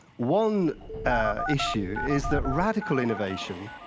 one issue is that radical innovation,